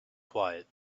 quiet